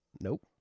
Nope